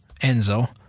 Enzo